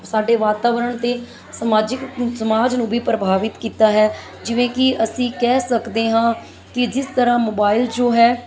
ਸਾਡੇ ਵਾਤਾਵਰਣ ਅਤੇ ਸਮਾਜਿਕ ਸਮਾਜ ਨੂੰ ਵੀ ਪ੍ਰਭਾਵਿਤ ਕੀਤਾ ਹੈ ਜਿਵੇਂ ਕਿ ਅਸੀਂ ਕਹਿ ਸਕਦੇ ਹਾਂ ਕਿ ਜਿਸ ਤਰ੍ਹਾਂ ਮੋਬਾਈਲ ਜੋ ਹੈ